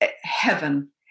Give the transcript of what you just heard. heaven